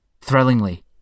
thrillingly